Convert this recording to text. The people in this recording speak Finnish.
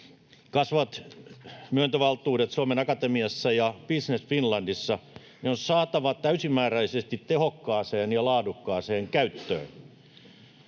Kasvavat myöntövaltuudet Suomen Akatemiassa ja Business Finlandissa on saatava täysimääräisesti tehokkaaseen ja laadukkaaseen käyttöön.